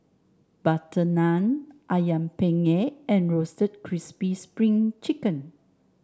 butter naan ayam penyet and Roasted Crispy Spring Chicken